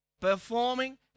Performing